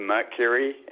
Mercury